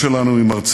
זוהי עבורי מורשת